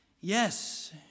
yes